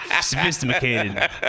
Sophisticated